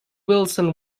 wilson